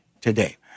today